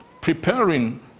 preparing